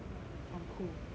I'm cool